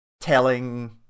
telling